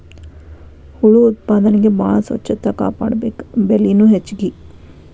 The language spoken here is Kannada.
ಹುಳು ಉತ್ಪಾದನೆಗೆ ಬಾಳ ಸ್ವಚ್ಚತಾ ಕಾಪಾಡಬೇಕ, ಬೆಲಿನು ಹೆಚಗಿ